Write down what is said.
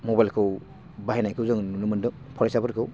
मबेलखौ बाहायनायखौ जों नुनो मोनदों फरायसाफोरखौ